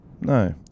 No